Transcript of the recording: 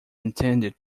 intended